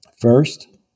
first